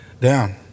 Down